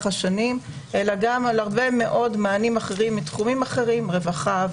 השנים אלא גם על הרבה מאוד מענים אחרים מתחומים אחרים: רווחה,